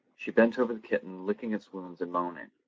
she bent over the kitten licking its wounds and moaning.